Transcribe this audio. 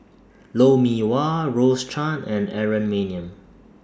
Lou Mee Wah Rose Chan and Aaron Maniam